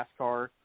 NASCAR